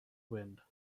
wind